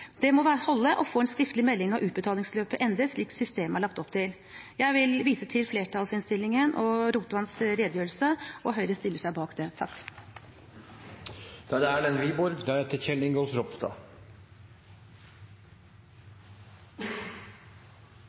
Det må holde å få en skriftlig melding når utbetalingsbeløpet endres, slik systemet er lagt opp til. Jeg vil vise til flertallsinnstillingen og til Rotevatns redegjørelse, som Høyre stiller seg bak.